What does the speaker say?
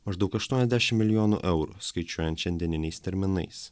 maždaug aštuoniasdešim milijonų eurų skaičiuojant šiandieniniais terminais